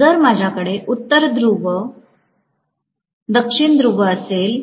जर माझ्याकडे उत्तर ध्रुव दक्षिण ध्रुव असेल